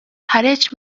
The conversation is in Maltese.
ħareġ